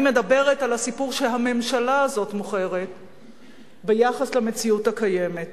אני מדברת על הסיפור שהממשלה הזאת מוכרת ביחס למציאות הקיימת.